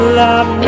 love